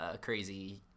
crazy